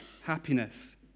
happiness